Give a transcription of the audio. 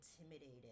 intimidated